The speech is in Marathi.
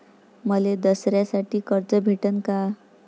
मले दसऱ्यासाठी कर्ज भेटन का?